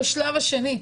בשלב השני,